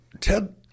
ted